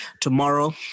tomorrow